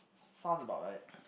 sounds about right